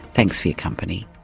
thanks for your company